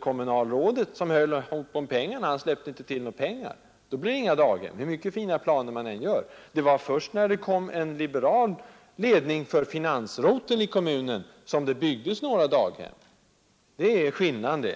kommunalråd som höll i pengarna släppte inte till några pengar. Då blir det inga daghem, hur fina planer man än gör. Det var först när det blev en liberal ledning för finansroteln i kommunen, som det byggdes några daghem, Det är skillnaden det.